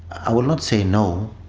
i will not say no.